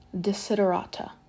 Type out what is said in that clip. Desiderata